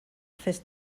fes